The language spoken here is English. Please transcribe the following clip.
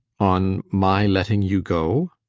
on my letting you go?